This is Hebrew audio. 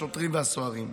השוטרים והסוהרים,